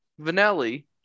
Vanelli